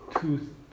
two